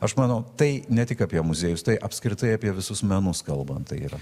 aš manau tai ne tik apie muziejus tai apskritai apie visus menus kalbant tai yra